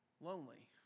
lonely